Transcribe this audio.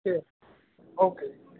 ਕੇ okay ਜੀ